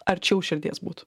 arčiau širdies būtų